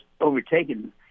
overtaken